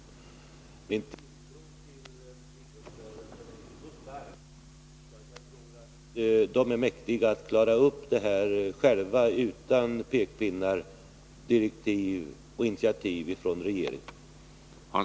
Min tilltro till idrottsrörelsen är så stark att jag tror att den är mäktig att klara upp detta själv utan pekpinnar, direktiv och initiativ från regeringen.